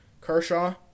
Kershaw